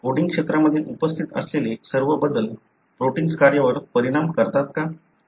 coding क्षेत्रांमध्ये उपस्थित असलेले सर्व बदल प्रोटिन्स कार्यावर परिणाम करतात का